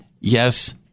yes